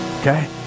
Okay